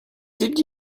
did